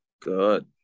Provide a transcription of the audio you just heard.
good